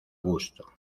gusto